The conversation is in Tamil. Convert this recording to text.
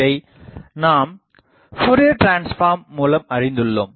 இதை நாம் ஃபோர்ரியர் டிரான்ஸ்ஃபார்ம் மூலம் அறிந்துள்ளோம்